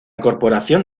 corporación